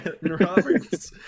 Roberts